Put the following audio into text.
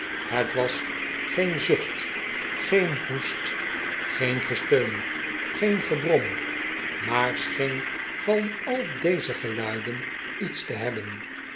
het was geen zucht geen hoest geen gesteun geen gebrom maar scheen van al deze geluiden iets te hebben